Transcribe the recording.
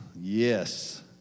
Yes